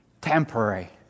temporary